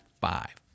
five